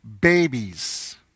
babies